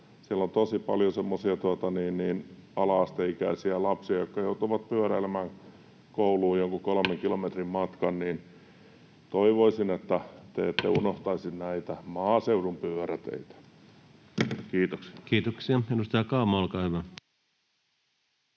Siellä on tosi paljon semmoisia ala-asteikäisiä lapsia, jotka joutuvat pyöräilemään kouluun jonkun kolmen kilometrin matkan. Toivoisin, että te ette unohtaisi näitä maaseudun pyöräteitä. — Kiitoksia. Kiitoksia. — Edustaja Kauma, olkaa hyvä.